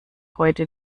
heute